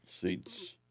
seats